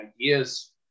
ideas